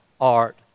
art